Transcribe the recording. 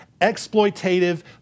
exploitative